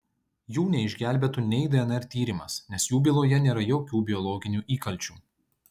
jų neišgelbėtų nei dnr tyrimas nes jų byloje nėra jokių biologinių įkalčių